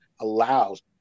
allows